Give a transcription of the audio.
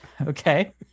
Okay